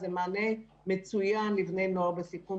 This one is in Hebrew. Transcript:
שזה מענה מצוין לבני נוער בסיכון.